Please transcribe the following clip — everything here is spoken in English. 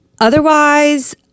Otherwise